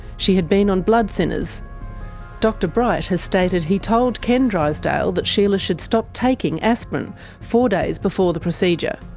she had been on blood-thinners. dr bright has stated he told ken drysdale that sheila should stop taking aspirin four days before the procedure,